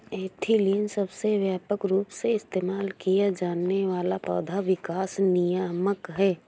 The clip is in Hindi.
एथिलीन सबसे व्यापक रूप से इस्तेमाल किया जाने वाला पौधा विकास नियामक है